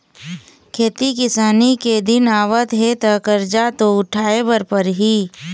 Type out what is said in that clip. खेती किसानी के दिन आवत हे त करजा तो उठाए बर परही